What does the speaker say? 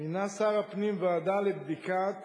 מינה שר הפנים ועדה לבדיקת